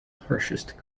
harshest